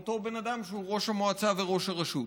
אותו בן אדם שהוא ראש המועצה או ראש הרשות.